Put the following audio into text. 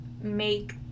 make